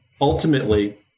ultimately